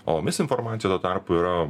o misinformacija tuo tarpu yra